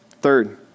Third